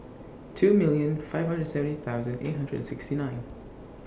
two million five hundred seventy thousand eight hundred and sixty nine